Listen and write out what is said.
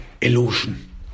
illusion